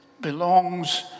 belongs